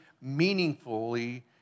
meaningfully